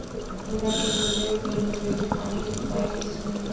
बिना खेत में लेव लगइले धान के रोपाई कईसे होई